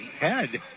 head